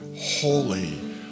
Holy